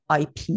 IP